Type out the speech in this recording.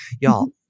Y'all